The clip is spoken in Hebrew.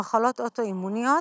במחלות אוטואימוניות,